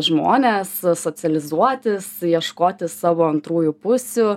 žmones socializuotis ieškoti savo antrųjų pusių